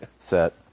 set